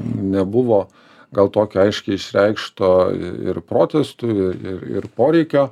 nebuvo gal tokio aiškiai išreikšto ir protestų ir ir poreikio